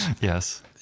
Yes